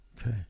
Okay